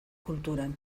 kulturan